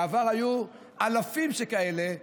בעבר היו אלפים שכאלה.